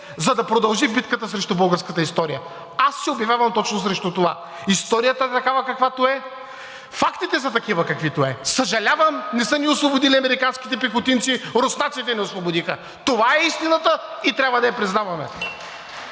за да продължи битката срещу българската история. Аз се обявявам точно срещу това – историята е такава, каквато е, фактите са такива, каквито са. Съжалявам, не са ни освободили американските пехотинци, руснаците ни освободиха. Това е истината и трябва да я признаваме.